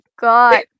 God